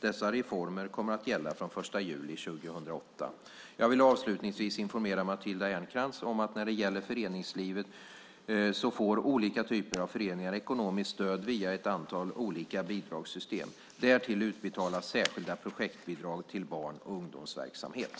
Dessa reformer kommer att gälla från den 1 juli 2008. Jag vill avslutningsvis informera Matilda Ernkrans om att när det gäller föreningslivet får olika typer av föreningar ekonomiskt stöd via ett antal olika bidragssystem. Därtill utbetalas särskilda projektbidrag till barn och ungdomsverksamhet.